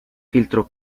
filtro